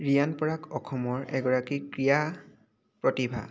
ৰিয়ান পৰাগ অসমৰ এগৰাকী ক্ৰীড়া প্ৰতিভা